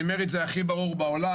אני אומר את זה הכי ברור בעולם,